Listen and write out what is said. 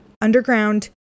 Underground